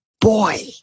boy